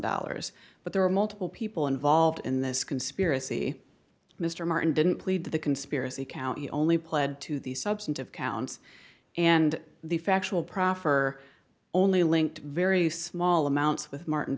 dollars but there are multiple people involved in this conspiracy mr martin didn't plead the conspiracy count he only pled to the substantive counts and the factual proffer only linked very small amounts with martin